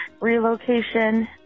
relocation